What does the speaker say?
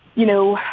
you know,